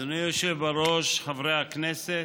אדוני היושב-ראש, חברי הכנסת,